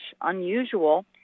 Unusual